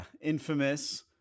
infamous